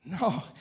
No